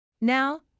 Now